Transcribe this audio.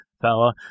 fella